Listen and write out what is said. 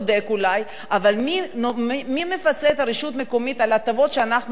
אבל מי מפצה את הרשות המקומית על ההטבות שאנחנו נותנים?